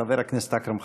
חבר הכנסת אכרם חסון.